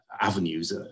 avenues